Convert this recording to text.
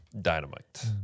Dynamite